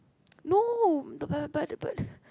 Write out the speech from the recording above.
no